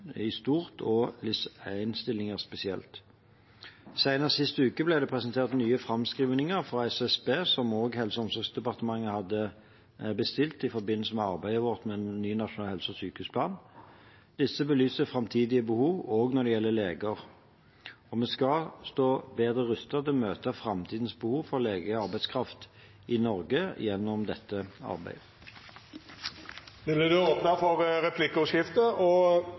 i stort og LIS1-stillingene spesielt. Senest sist uke ble det presentert nye framskrivninger fra SSB, som Helse- og omsorgsdepartementet hadde bestilt i forbindelse med arbeidet vårt med ny nasjonal helse- og sykehusplan. Disse belyser framtidige behov, også når det gjelder leger. Vi skal stå bedre rustet til å møte framtidens behov for legearbeidskraft i Norge gjennom dette arbeidet.